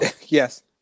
Yes